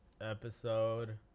episode